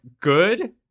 good